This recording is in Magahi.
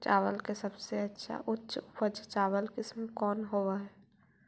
चावल के सबसे अच्छा उच्च उपज चावल किस्म कौन होव हई?